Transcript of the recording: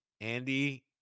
Andy